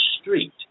street